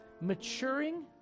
maturing